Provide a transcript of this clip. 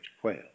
quail